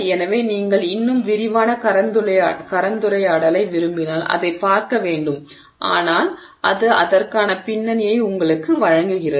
எனவே நீங்கள் இன்னும் விரிவான கலந்துரையாடலை விரும்பினால் அதைப் பார்க்க வேண்டும் ஆனால் இது அதற்கான பின்னணியை உங்களுக்கு வழங்குகிறது